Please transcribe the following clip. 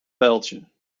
pijltje